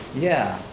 yeah,